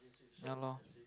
ya lor